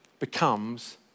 becomes